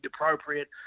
appropriate